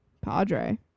Padre